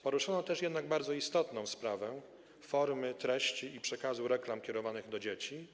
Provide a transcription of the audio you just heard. Poruszono też jednak bardzo istotną sprawę - sprawę formy, treści i przekazu reklam kierowanych do dzieci.